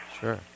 Sure